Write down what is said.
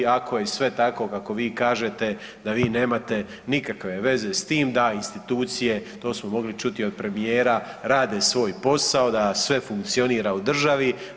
Ako je sve tako kako vi kažete da vi nemate nikakve veze s tim, da institucije to smo mogli čuti od premijera rade svoj posao, da sve funkcionira u državi.